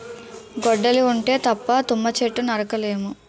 గొడ్డలి ఉంటే తప్ప తుమ్మ చెట్టు నరక లేము